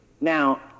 Now